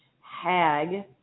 hag